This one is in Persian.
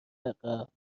عقب